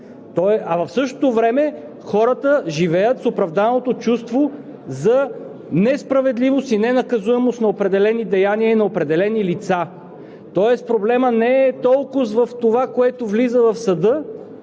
а в същото време хората живеят с оправданото чувство за несправедливост и ненаказуемост на определени деяния и на определени лица. Тоест проблемът не е толкоз в това, което влиза в съда,